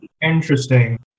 Interesting